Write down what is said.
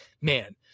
man